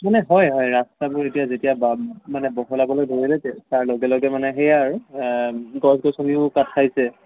মানে হয় হয় ৰাস্তাবোৰ এতিয়া যেতিয়া বা মানে বহলাবলৈ ধৰিলে তাৰ লগে লগে মানে সেয়াই আৰু গছ গছনিও কাট খাইছে